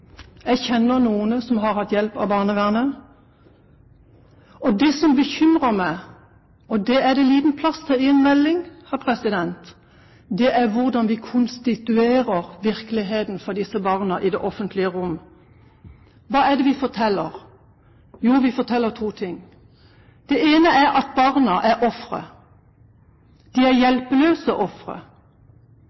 Jeg kjenner noen som har hatt hjelp av barnevernet. Det som bekymrer meg – og det er det liten plass til i en melding – er hvordan vi konstituerer virkeligheten for disse barna i det offentlige rom. Hva er det vi forteller? Jo, vi forteller to ting. Det ene er at barna er ofre; de er hjelpeløse ofre.